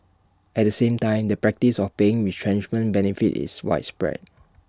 at the same time the practice of paying retrenchment benefits is widespread